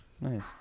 nice